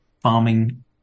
farming